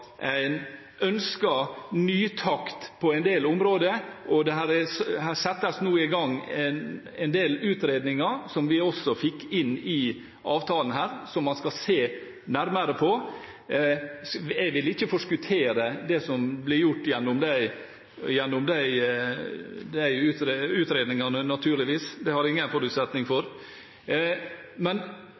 ønsker nye takter på en del områder. Det settes nå i gang en del utredninger, som vi også fikk inn i avtalen her, der man skal se nærmere på ting. Jeg vil ikke forskuttere det som blir gjort gjennom de utredningene, naturligvis – det har jeg ingen forutsetning for.